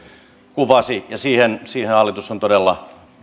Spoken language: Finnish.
kuvasi ja siihen siihen hallitus on todella